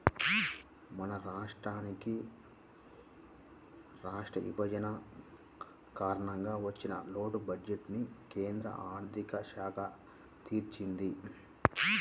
మన రాష్ట్రానికి రాష్ట్ర విభజన కారణంగా వచ్చిన లోటు బడ్జెట్టుని కేంద్ర ఆర్ధిక శాఖ తీర్చింది